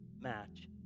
match